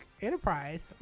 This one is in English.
Enterprise